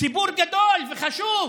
ציבור גדול וחשוב.